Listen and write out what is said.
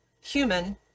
human